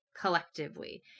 collectively